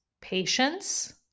patience